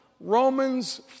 Romans